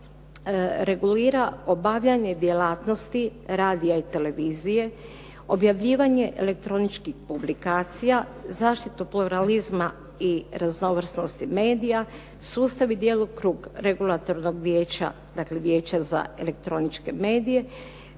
regulira obavljanje djelatnosti radija i televizije, objavljivanje elektroničkih publikacija, zaštitu pluralizma i raznovrsnosti medija, sustav i djelokrug Regulatornog vijeća, dakle Vijeća za elektroničke medije